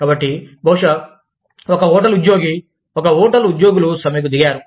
కాబట్టి బహుశా ఒక హోటల్ ఉద్యోగి ఒక హోటల్ ఉద్యోగులు సమ్మెకు దిగారు